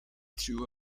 threw